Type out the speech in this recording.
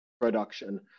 production